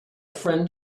friend